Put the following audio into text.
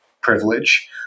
privilege